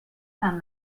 tant